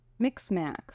Mixmax